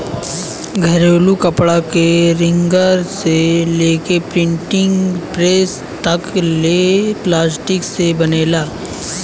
घरेलू कपड़ा के रिंगर से लेके प्रिंटिंग प्रेस तक ले प्लास्टिक से बनेला